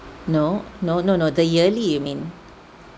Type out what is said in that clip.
no no no no the yearly you mean